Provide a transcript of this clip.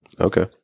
Okay